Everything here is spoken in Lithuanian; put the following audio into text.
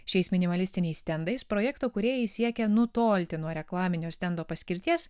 šiais minimalistiniais stendais projekto kūrėjai siekia nutolti nuo reklaminio stendo paskirties